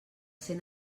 ser